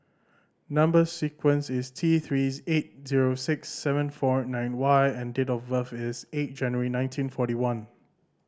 number sequence is T Three eight zero six seven four nine Y and date of birth is eight January nineteen forty one